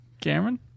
Cameron